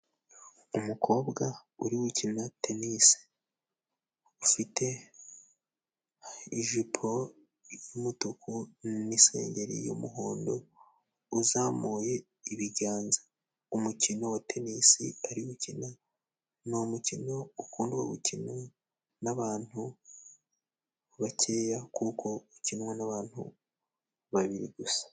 Umukobwa uri gukina tenisi ufite ijipo y'umutuku n'isengeri y'umuhondo uzamuye ibiganza. Umukino wa tenisi ari gukina ni umukino ukundwa gukina n'abantu bakeya kuko ukinwa n'abantu babiri gusa.